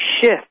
shift